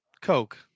Coke